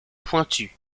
pointu